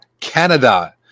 Canada